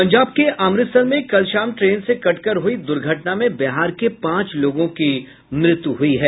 पंजाब के अमृतसर में कल शाम ट्रेन से कट कर हुई द्र्घटना में बिहार के पांच लोगों की मृत्यु हुई है